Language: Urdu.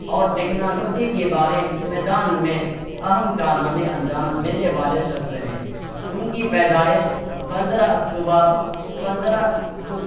اور ٹیکنالوجی کے بارے میدان میں اہم کارنامے انجام دینے والے شخص ہیں ان کی پیدائش پندرہ اکتوبر پندرہ اکتوب